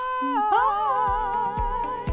Bye